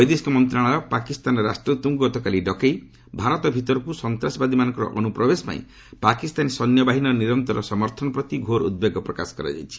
ବୈଦେଶିକ ମନ୍ତ୍ରଣାଳୟ ପାକିସ୍ତାନ ରାଷ୍ଟ୍ରଦ୍ତଙ୍କୁ ଗତକାଲି ଡକେଇ ଭାରତ ଭିତରକୁ ସନ୍ତାସବାଦୀମାନଙ୍କର ଅନୁପ୍ରବେଶ ପାଇଁ ପାକିସ୍ତାନୀ ସୈନ୍ୟ ବାହିନୀର ନିରନ୍ତର ସମର୍ଥନ ପ୍ରତି ଘୋର ଉଦ୍ବେଗ ପ୍ରକାଶ କରାଯାଇଛି